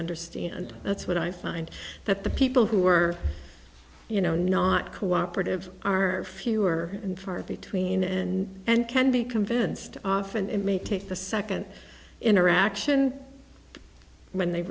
understand and that's what i find that the people who are you know not cooperative are fewer and farther between and and can be convinced often it may take the second interaction when they